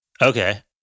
Okay